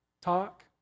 talk